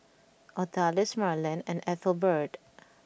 Odalis Marland and Ethelbert